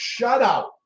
shutout